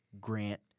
Grant